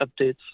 updates